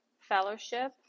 fellowship